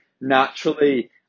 naturally